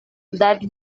that